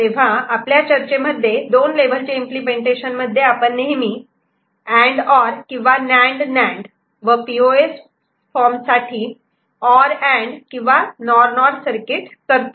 तेव्हा आपल्या चर्चेमध्ये 2 लेव्हल चे इम्पलेमेंटेशन मध्ये आपण नेहमी अँड ऑर किंवा नांड नांड व पी ओ एस साठी ऑर अँड किंवा नॉर नॉर सर्किट करतो